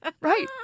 right